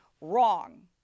wrong